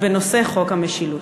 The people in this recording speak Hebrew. בנושא חוק המשילות.